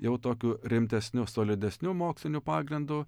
jau tokiu rimtesniu solidesniu moksliniu pagrindu